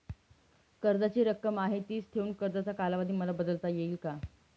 कर्जाची रक्कम आहे तिच ठेवून कर्जाचा कालावधी मला बदलता येईल का?